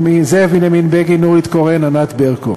זאב בנימין בגין, נורית קורן, ענת ברקו.